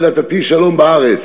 ונתתי שלום בארץ"